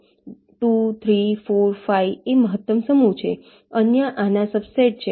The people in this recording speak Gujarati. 2 3 4 5 એ મહત્તમ સમૂહ છે અન્ય આના સબસેટ છે